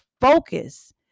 focus